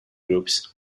groups